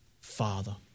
Father